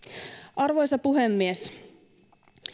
arvoisa puhemies